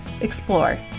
EXPLORE